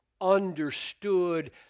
understood